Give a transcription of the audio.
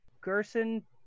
gerson